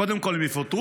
קודם כול הם יפוטרו,